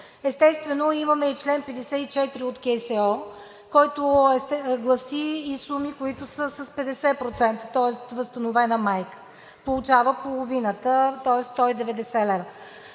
Естествено, имаме и чл. 54 от КСО, който гласи и суми, които са с 50%, тоест възстановена майка получава половината, тоест 190 лв.